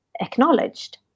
acknowledged